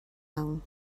ann